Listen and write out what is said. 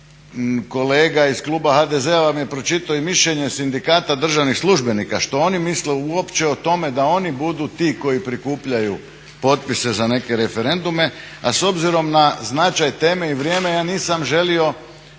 kolega iz kluba HDZ-a vam je pročitao i mišljenje Sindikata državnih službenika što oni misle uopće o tome da oni budu ti koji prikupljaju potpise za neke referendume. A s obzirom na značaj teme i vrijeme ja nisam želio